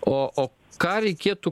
o ką reikėtų